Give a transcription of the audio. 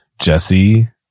Jesse